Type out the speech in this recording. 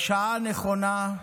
בשעה הנכונה,